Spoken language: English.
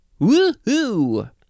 Woohoo